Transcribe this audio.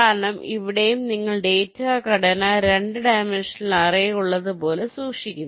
കാരണം ഇവിടെയും നിങ്ങൾ ഡാറ്റ ഘടന 2 ഡൈമൻഷണൽ അറേ ഉള്ളതുപോലെ സൂക്ഷിക്കുന്നു